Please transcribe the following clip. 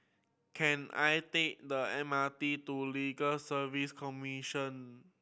can I take the M R T to Legal Service Commission